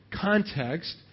context